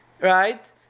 right